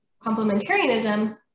complementarianism